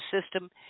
system